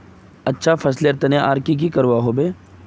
अच्छा फसलेर तने आर की की करवा होबे?